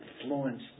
influence